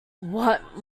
what